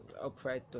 upright